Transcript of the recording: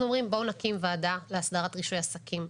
אנחנו אומרים בואו נקים ועדה להסדרת רישוי עסקים.